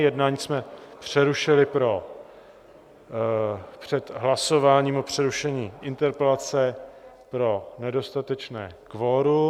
Jednání jsme přerušili před hlasováním o přerušení interpelace pro nedostatečné kvorum.